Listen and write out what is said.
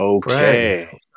Okay